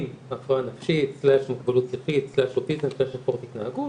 עם הפרעה נפשית/מוגבלות שכלית/אוטיזם/הפרעות התנהגות,